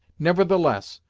nevertheless,